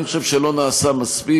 אני חושב שלא נעשה מספיק,